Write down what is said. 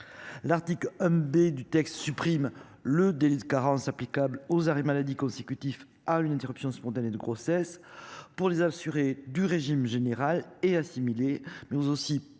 L'article 1 B du texte supprime le délai de carence applicable aux arrêts maladie consécutif à une interruption spontanée de grossesse. Pour les assurés du régime général et assimilés, mais aussi